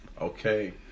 okay